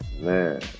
Man